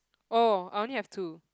oh I only have two